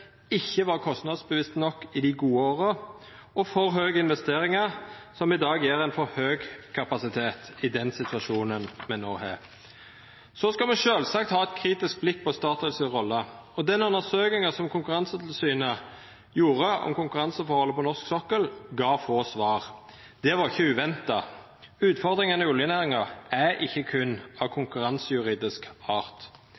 ikkje var kostnadsbevisst nok i dei gode åra, og det har vore for høge investeringar, som i dag gjev ein for høg kapasitet i den situasjonen me no har. Me skal sjølvsagt ha eit kritisk blikk på Statoil si rolle, og den undersøkinga som Konkurransetilsynet gjorde om konkurranseforholda på norsk sokkel, gav få svar. Det var ikkje uventa. Utfordringane i oljenæringa er ikkje berre av